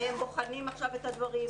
והם בוחנים עכשיו את הדברים,